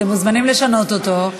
אתם מוזמנים לשנות אותו,